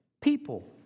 people